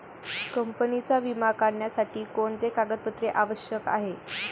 कंपनीचा विमा काढण्यासाठी कोणते कागदपत्रे आवश्यक आहे?